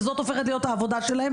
וזאת הופכת להיות העבודה שלהם,